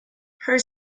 her